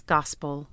Gospel